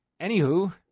Anywho